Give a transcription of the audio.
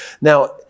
Now